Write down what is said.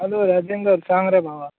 hello Rajendra बाब सांग रे भावा